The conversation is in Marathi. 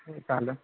चालेल